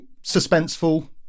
suspenseful